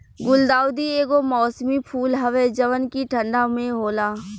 गुलदाउदी एगो मौसमी फूल हवे जवन की ठंडा में होला